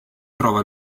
trova